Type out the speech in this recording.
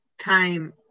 time